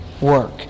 work